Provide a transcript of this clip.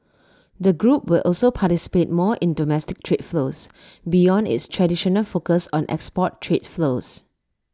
the group will also participate more in domestic trade flows beyond its traditional focus on export trade flows